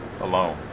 alone